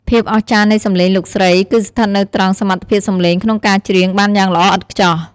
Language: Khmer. ភាពអស្ចារ្យនៃសំឡេងលោកស្រី គឺស្ថិតនៅត្រង់ សមត្ថភាពសម្លេងក្នុងការច្រៀង បានយ៉ាងល្អឥតខ្ចោះ។